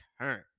turn